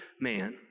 man